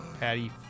patty